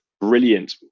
brilliant